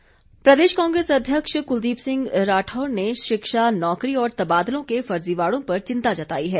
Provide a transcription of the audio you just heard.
कुलदीप राठौर प्रदेश कांग्रेस अध्यक्ष कुलदीप सिंह राठौर ने शिक्षा नौकरी और तबादलों के फर्जीवाड़ों पर चिंता जताई है